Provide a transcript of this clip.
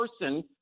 person